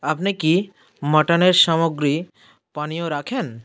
আপনি কি মাটানের সামগ্রী পানীয় রাখেন